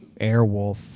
Airwolf